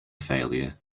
failure